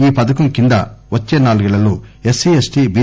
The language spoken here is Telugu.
ఈ పథకం కింద వచ్చే నాలుగేళ్లలో ఎస్సీ ఎస్టీ బి